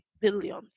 billions